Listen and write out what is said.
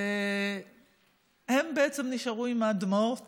והם נשארו עם הדמעות